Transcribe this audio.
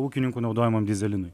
ūkininkų naudojamam dyzelinui